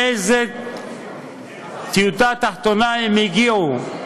לאיזו דיוטה תחתונה הם הגיעו,